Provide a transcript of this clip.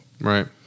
Right